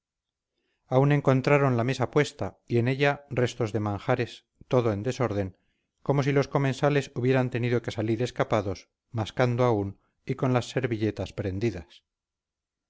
aún encontraron la mesa puesta y en ella restos de manjares todo en desorden como si los comensales hubieran tenido que salir escapados mascando aún y con las servilletas prendidas